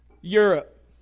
Europe